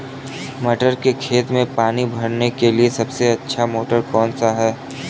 मटर के खेत में पानी भरने के लिए सबसे अच्छा मोटर कौन सा है?